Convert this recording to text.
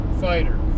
fighter